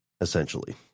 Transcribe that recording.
essentially